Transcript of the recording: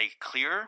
clear